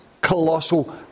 colossal